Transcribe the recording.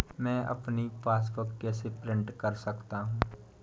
मैं अपनी पासबुक कैसे प्रिंट कर सकता हूँ?